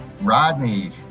Rodney